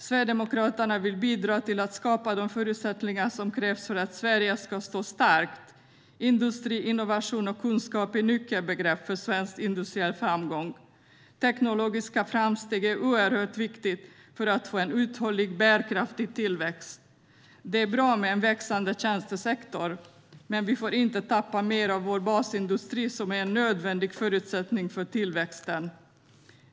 Sverigedemokraterna vill bidra till att skapa de förutsättningar som krävs för att Sverige ska stå starkt. Industri, innovation och kunskap är nyckelbegrepp för svensk industriell framgång. Teknologiska framsteg är oerhört viktiga för att få en uthållig och bärkraftig tillväxt. Det är bra med en växande tjänstesektor, men vi får inte tappa mer av vår basindustri, som är en nödvändig förutsättning för tillväxten.